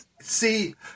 see